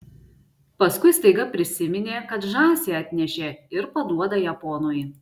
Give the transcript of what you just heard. paskui staiga prisiminė kad žąsį atnešė ir paduoda ją ponui